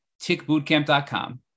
tickbootcamp.com